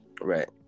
Right